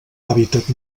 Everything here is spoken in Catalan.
hàbitat